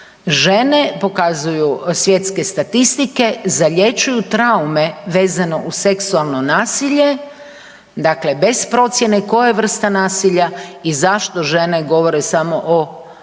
Žene, pokazuju svjetske statistike, zalječuju traume vezano uz seksualno nasilje, dakle bez procjene koja vrsta nasilja i zašto žene govore samo o